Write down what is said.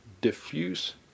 diffuse